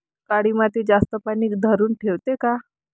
काळी माती जास्त पानी धरुन ठेवते का?